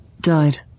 Died